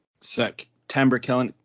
September